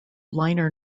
liner